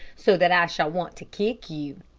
so that i shall want to kick you?